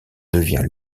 devient